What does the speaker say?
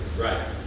Right